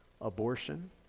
Abortion